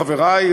חברי,